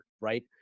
right